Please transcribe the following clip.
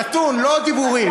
נתון, לא דיבורים.